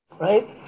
Right